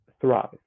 thrive